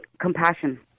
compassion